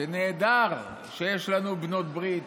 שנהדר שיש לנו בעלת ברית,